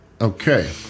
Okay